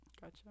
Gotcha